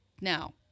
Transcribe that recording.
Now